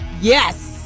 Yes